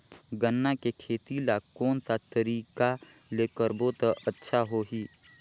गन्ना के खेती ला कोन सा तरीका ले करबो त अच्छा होही?